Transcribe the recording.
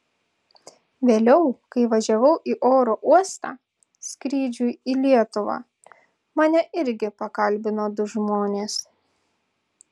vėliau kai važiavau į oro uostą skrydžiui į lietuvą mane irgi pakalbino du žmonės